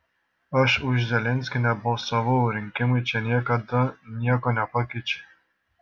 aš už zelenskį nebalsavau rinkimai čia niekada nieko nepakeičia